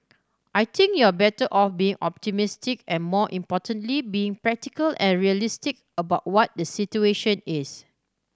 I think you're better off being optimistic and more importantly being practical and realistic about what the situation is